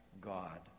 God